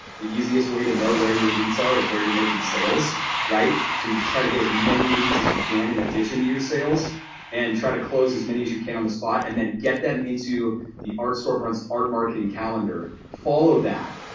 the easiest way to know where your leads are is where you're making sales, so you just try to get as many leads as you can in addition to your sales and try to close as many as you can on the spot and then get them into the art storefronts' art marketing calendar, follow that.